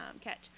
catch